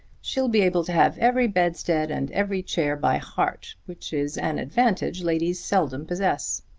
she'll be able to have every bedstead and every chair by heart, which is an advantage ladies seldom possess.